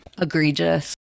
Egregious